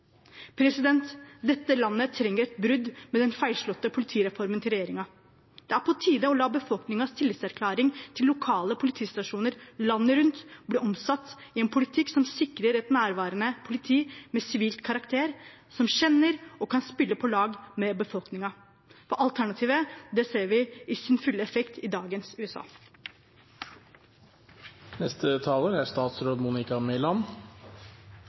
Dette landet trenger et brudd med den feilslåtte politireformen til regjeringen. Det er på tide å la befolkningens tillitserklæring til lokale politistasjoner landet rundt bli omsatt i en politikk som sikrer et nærværende politi med sivil karakter som kjenner og kan spille på lag med befolkningen. Alternativet ser vi i sin fulle effekt i dagens